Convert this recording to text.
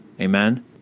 Amen